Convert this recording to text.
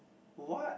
what